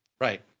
right